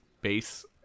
base